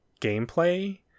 gameplay